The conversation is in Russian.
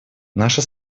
наша